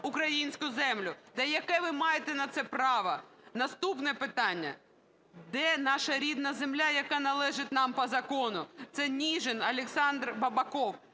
українську землю? Та яке ви маєте на це право? Наступне питання: "Де наша рідна земля, яка належить нам по закону?" Це Ніжин, Олександр Бабаков.